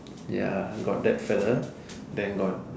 ya got that fellow then got